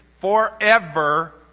forever